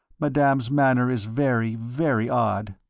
madame's manner is very, very odd.